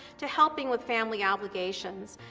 to helping with family obligations.